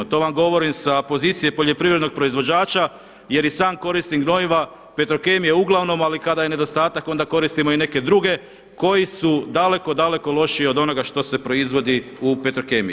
To govorim sa pozicije poljoprivrednog proizvođača jer i sam koristim gnojiva Petrokemije uglavnom, ali kada je nedostatak onda koristimo i neke druge koji su daleko, daleko lošiji od onoga što se proizvodi u Petrokemiji.